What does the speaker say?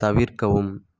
தவிர்க்கவும்